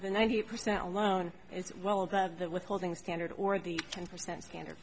the ninety percent alone is well above the withholding standard or the ten percent standard